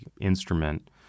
instrument